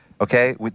Okay